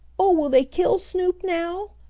oh, will they kill snoop now?